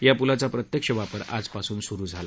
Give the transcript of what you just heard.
या पुलाचा प्रत्यक्ष वापर आजपासून सुरू झाला